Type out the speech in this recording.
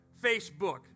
Facebook